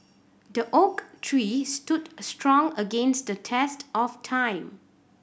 the oak tree stood strong against the test of time